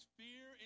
fear